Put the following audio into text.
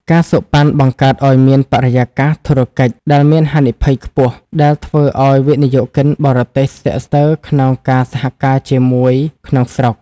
ការសូកប៉ាន់ បង្កើតឱ្យមានបរិយាកាសធុរកិច្ចដែលមានហានិភ័យខ្ពស់ ដែលធ្វើឱ្យវិនិយោគិនបរទេសស្ទាក់ស្ទើរក្នុងការសហការជាមួយក្នុងស្រុក។